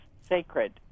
sacred